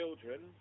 children